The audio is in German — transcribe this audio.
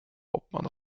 hauptmann